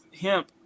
hemp